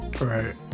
right